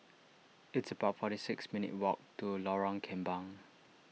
it's about forty six minutes' walk to Lorong Kembang